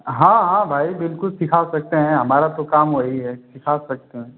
हाँ हाँ भाई बिल्कुल सिखा सकते हैं हमारा तो काम वही है सिखा सकते हैं